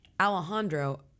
Alejandro